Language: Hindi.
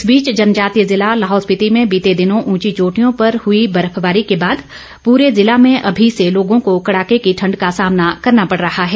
इस बीच जनजातीय जिला लाहौल स्पिति में बीते दिनों उंची चोटियों पर हुई बर्फबारी के बाद पूरे जिला में अमी से लोगों को कड़ाके की ठंड का सामना करना पड़ रहा है